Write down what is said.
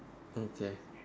okay